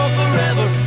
forever